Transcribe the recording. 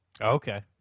Okay